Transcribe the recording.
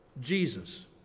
Jesus